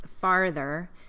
farther